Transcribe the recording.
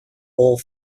all